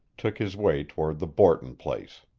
took his way toward the borton place.